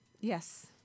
Yes